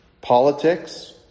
politics